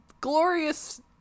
glorious